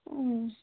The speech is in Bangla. ও